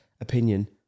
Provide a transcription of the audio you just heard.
opinion